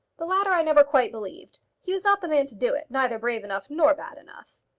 the latter i never quite believed. he was not the man to do it neither brave enough nor bad enough.